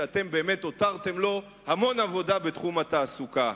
שאתם באמת הותרתם לו המון עבודה בתחום התעסוקה.